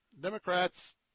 Democrats